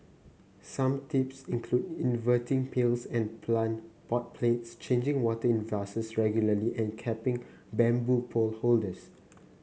some tips include inverting pails and plant pot plates changing water in vases regularly and capping bamboo pole holders